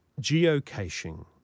Geocaching